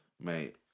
Mate